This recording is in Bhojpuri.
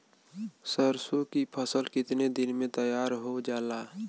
सरसों की फसल कितने दिन में तैयार हो जाला?